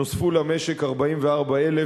נוספו למשק 44,000